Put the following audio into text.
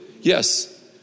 Yes